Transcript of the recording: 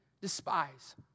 despise